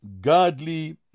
godly